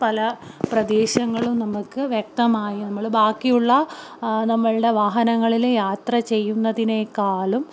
പല പ്രദേശങ്ങളും നമുക്ക് വ്യക്തമായി നമ്മള് ബാക്കിയുള്ള നമ്മുടെ വാഹനങ്ങളില് യാത്ര ചെയ്യുന്നതിനെക്കാളും